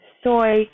Soy